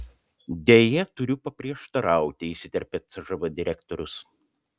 deja turiu paprieštarauti įsiterpė cžv direktorius